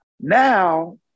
Now